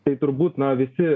tai turbūt na visi